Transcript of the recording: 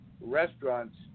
restaurants